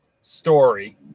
story